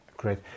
great